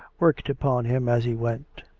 worked upon him as he went.